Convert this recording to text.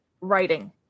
writing